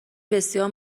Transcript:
بسیار